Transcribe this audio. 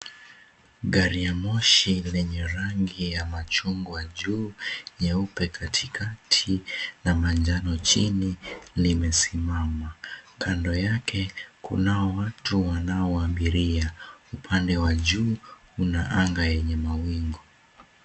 Gari ya moshii yenye rangi ya machungwa juu nyeupe katikati na manjano chini limesimama kando yake kuna watu wanao abiria upande wa juu kuna anga yenye mawingu.